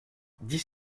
dix